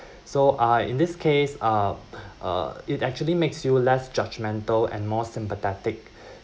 so uh in this case uh uh it actually makes you less judgemental and more sympathetic